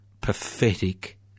pathetic